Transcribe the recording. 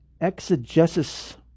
exegesis